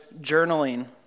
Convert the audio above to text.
journaling